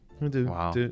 Wow